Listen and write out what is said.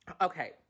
Okay